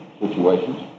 situations